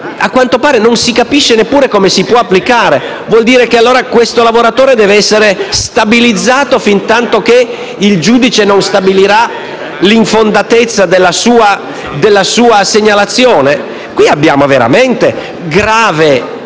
la quale lavora. Non si capisce neppure come si possa applicare. Vuol dire che questo lavoratore deve essere stabilizzato fintantoché il giudice non stabilirà l'infondatezza della sua segnalazione? Qui abbiamo veramente una grave